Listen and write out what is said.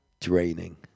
draining